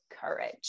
courage